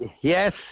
Yes